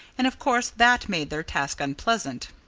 and of course that made their task unpleasant.